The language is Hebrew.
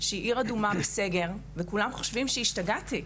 שהיא עיר אדומה בסגר וכולם חושבים שהשתגעתי.